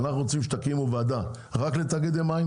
אנחנו רוצים שתקימו וועדה רק לתאגידי מים